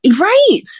Right